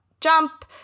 jump